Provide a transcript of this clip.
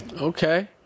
okay